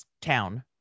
town